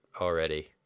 already